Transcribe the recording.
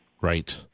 Right